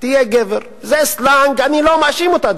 זה סלנג, אני לא מאשים אותה.